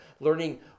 learning